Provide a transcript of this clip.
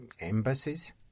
embassies